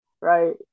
right